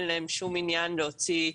אין להם שום עניין להוציא,